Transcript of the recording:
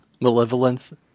Malevolence